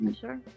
sure